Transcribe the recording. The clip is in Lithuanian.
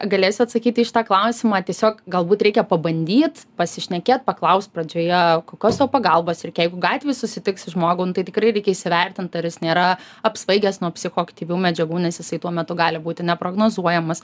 galėsiu atsakyti į šitą klausimą tiesiog galbūt reikia pabandyt pasišnekėt paklaust pradžioje kokios tau pagalbos reikia jeigu gatvėj susitiksi žmogų nu tai tikrai reikia įsivertint ar jis nėra apsvaigęs nuo psichoaktyvių medžiagų nes jisai tuo metu gali būti neprognozuojamas